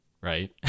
Right